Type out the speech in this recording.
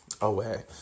away